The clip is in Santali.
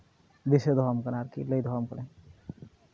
ᱫᱤᱥᱟᱹ ᱫᱚᱦᱚ ᱟᱢ ᱠᱟᱱᱟ ᱟᱨᱠᱤ ᱞᱟᱹᱭ ᱫᱚᱦᱚ ᱟᱢ ᱠᱟᱹᱱᱟᱹᱧ